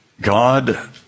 God